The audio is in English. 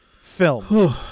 film